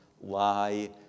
lie